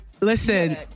Listen